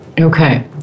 Okay